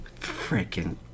Freaking